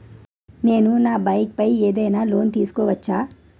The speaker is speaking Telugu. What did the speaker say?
నేను నా బైక్ పై ఏదైనా లోన్ తీసుకోవచ్చా?